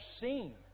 seen